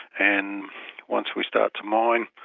and once we start to mine,